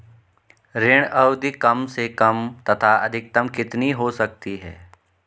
ऋण अवधि कम से कम तथा अधिकतम कितनी हो सकती है?